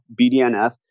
BDNF